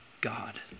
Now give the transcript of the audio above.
God